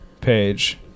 page